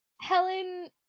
Helen